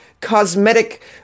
cosmetic